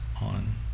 on